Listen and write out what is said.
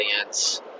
audience